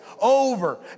over